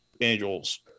angels